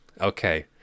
okay